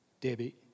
Debbie